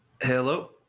hello